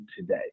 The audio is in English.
today